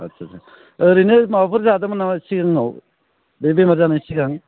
आत्सा ओरैनो माबाफोर जादोंमोन नामा सिगाङाव बे बेमार जानाय सिगां